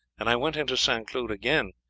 and i went into st. cloud again,